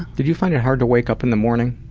did you find it hard to wake up in the morning?